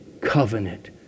covenant